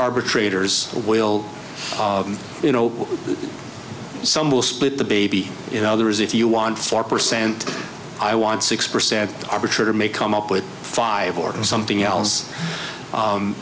arbitrators will you know some will split the baby you know there is if you want four percent i want six percent the arbitrator may come up with five or something else